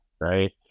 right